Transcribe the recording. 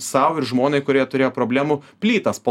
sau ir žmonai kurie turėjo problemų plytas po